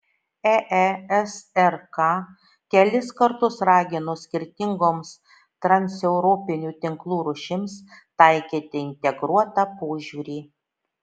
eesrk kelis kartus ragino skirtingoms transeuropinių tinklų rūšims taikyti integruotą požiūrį